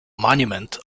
monument